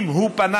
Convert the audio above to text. אם הוא פנה,